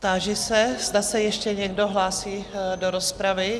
Táži se, zda se ještě někdo hlásí do rozpravy?